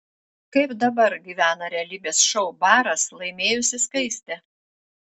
kaip dabar gyvena realybės šou baras laimėjusi skaistė